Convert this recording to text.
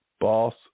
Boss